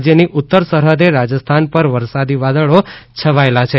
દરમિયાન રાજ્યની ઉત્તર સરહદે રાજસ્થાન પર વરસાદી વાદળો છવાયેલાં છે